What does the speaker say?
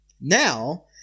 Now